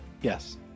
yes